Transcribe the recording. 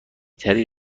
تری